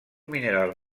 mineral